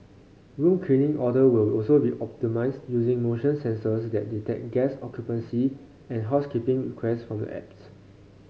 room cleaning order will also be optimised using motion sensors that detect guest occupancy and housekeeping request from the apps